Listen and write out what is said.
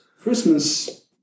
Christmas